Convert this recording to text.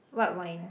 white wine